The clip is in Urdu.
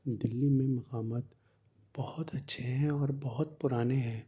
دلی میں مقامات بہت اچھے ہیں اور بہت پرانے ہیں